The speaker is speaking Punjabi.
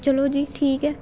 ਚਲੋ ਜੀ ਠੀਕ ਹੈ